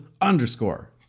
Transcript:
underscore